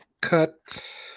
Cut